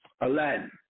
Aladdin